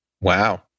Wow